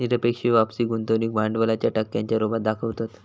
निरपेक्ष वापसी गुंतवणूक भांडवलाच्या टक्क्यांच्या रुपात दाखवतत